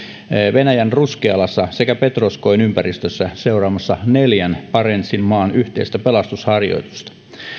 venäjän ruskealassa sekä petroskoin ympäristössä neljän barentsin maan yhteistä pelastusharjoitusta